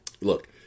look